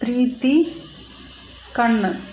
Preethi Kannan